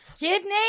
Kidney